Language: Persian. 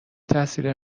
تاثیر